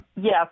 Yes